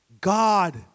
God